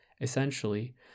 Essentially